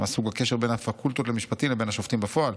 מה סוג הקשר בין הפקולטות למשפטים לבין השופטים בפועל?